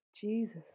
Jesus